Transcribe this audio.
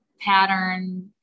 pattern